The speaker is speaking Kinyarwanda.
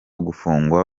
gufungwa